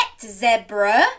Zebra